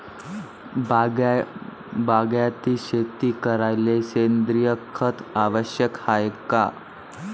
बागायती शेती करायले सेंद्रिय खत आवश्यक हाये का?